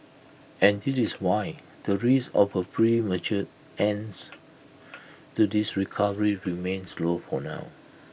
and this is why the risk of A premature ends to this recovery remains low for now